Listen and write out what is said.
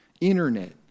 internet